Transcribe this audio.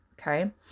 Okay